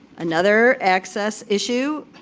another access issue,